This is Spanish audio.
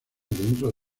dentro